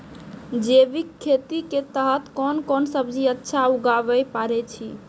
जैविक खेती के तहत कोंन कोंन सब्जी अच्छा उगावय पारे छिय?